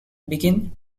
begin